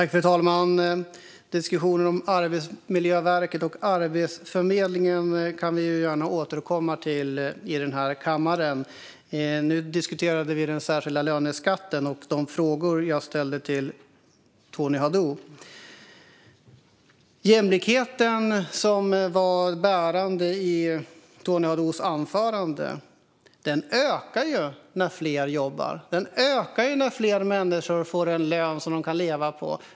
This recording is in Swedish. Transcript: Fru talman! Diskussionen om Arbetsmiljöverket och Arbetsförmedlingen kan vi gärna återkomma till i den här kammaren - nu diskuterar vi den särskilda löneskatten och de frågor jag ställde till Tony Haddou. Jämlikheten, som var det bärande temat i Tony Haddous anförande, ökar när fler jobbar. Den ökar när fler människor får en lön de kan leva på.